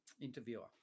interviewer